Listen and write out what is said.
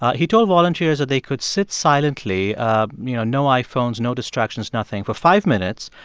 ah he told volunteers that they could sit silently ah you know, no iphones, no distractions, nothing for five minutes.